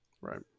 Right